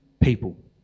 people